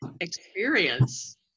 experience